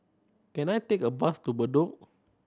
can I take a bus to Bedok